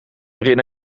waarin